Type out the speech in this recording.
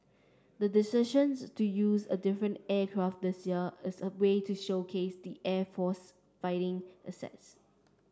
the decisions to use a different aircraft this year is a way to showcase the air force fighter assets